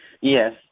yes